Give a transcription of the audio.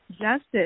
justice